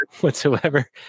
whatsoever